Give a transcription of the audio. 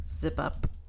zip-up